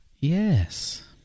Yes